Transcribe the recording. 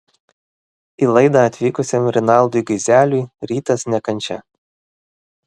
į laidą atvykusiam rinaldui gaizeliui rytas ne kančia